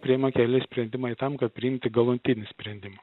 priima keli sprendimai tam kad priimti galutinį sprendimą